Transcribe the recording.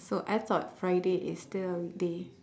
so I thought friday is still a weekday